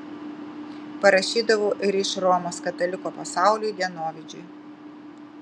parašydavau ir iš romos katalikų pasauliui dienovidžiui